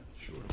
Sure